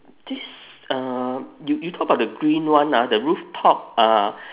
this uh you you talk about the green one ah the rooftop uh